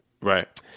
Right